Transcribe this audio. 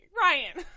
Ryan